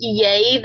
yay